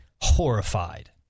horrified